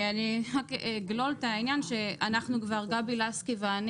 אני רק אגלול את העניין שאנחנו כבר גבי לסקי ואני